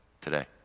today